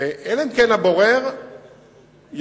אלא אם כן הבורר יחליט,